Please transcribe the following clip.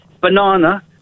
banana